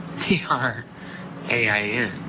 T-R-A-I-N